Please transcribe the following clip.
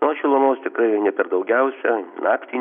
o šilumos tikrai ne per daugiausia naktį